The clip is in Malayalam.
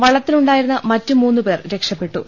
വള്ളത്തിലുണ്ടായി രുന്ന മറ്റ് മൂന്ന് പേർ രക്ഷപ്പെട്ടു